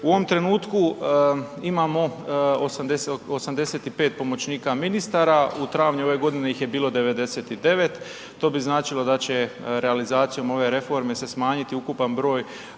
U ovom trenutku imamo 85 pomoćnika ministara u travnju ove godine ih je bilo 99, to bi značilo da će realizacijom ove reforme se smanjiti ukupan broj